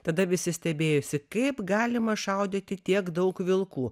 tada visi stebėjosi kaip galima šaudyti tiek daug vilkų